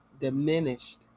diminished